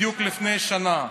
בדיוק לפני שנה,